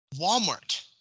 Walmart